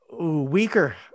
weaker